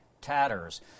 tatters